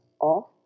off